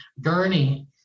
gurney